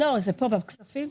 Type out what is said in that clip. זה פה בכספים?